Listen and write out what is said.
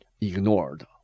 ignored